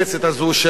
של טרור,